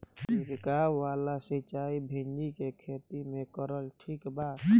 छीरकाव वाला सिचाई भिंडी के खेती मे करल ठीक बा?